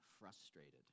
frustrated